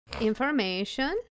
information